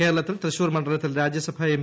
കേരളത്തിൽ തൃശൂർ മണ്ഡലത്തിൽ രാജ്യസഭാ എം